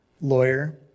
lawyer